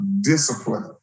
discipline